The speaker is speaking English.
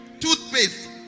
Toothpaste